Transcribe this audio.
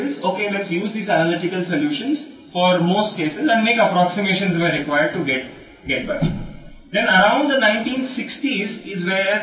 కాబట్టి చాలా మంది వ్యక్తులు దీనిని ఏమి చేస్తారు చాలా సందర్భాలలో ఈ విశ్లేషణాత్మక పరిష్కారాలను ఉపయోగించుకుందాం మరియు తిరిగి పొందడానికి అవసరమైన అంచనాలను తయారు చేయండి